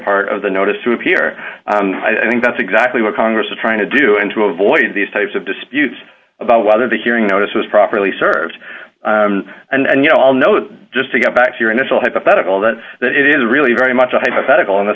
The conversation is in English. part of the notice to appear i think that's exactly what congress is trying to do and to avoid these types of disputes about whether the hearing notice was properly served and you know i'll note just to go back to your initial hypothetical that that is really very much a hypothetical in the